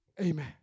Amen